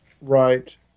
Right